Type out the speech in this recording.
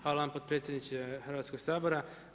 Hvala vam potpredsjedniče Hrvatskog sabora.